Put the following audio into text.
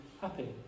happy